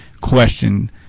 question